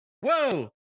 Whoa